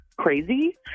crazy